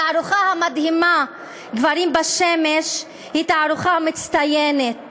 התערוכה המדהימה "גברים בשמש" היא תערוכה מצטיינת